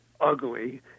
ugly